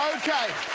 okay.